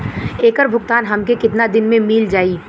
ऐकर भुगतान हमके कितना दिन में मील जाई?